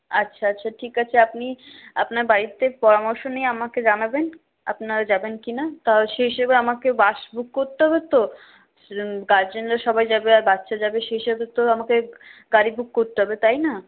আচ্ছা আচ্ছা ঠিক আছে আপনি আপনার বাড়িতে পরামর্শ নিয়ে আমাকে জানাবেন আপনারা যাবেন কিনা কারণ সে হিসাবে আমাকে বাস বুক করতে হবে তো গার্জেনরা সবাই যাবে আর বাচ্চারা যাবে সে হিসাবে তো আমাকে গাড়ি বুক করতে হবে তাই না